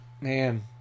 Man